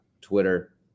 Twitter